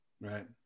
Right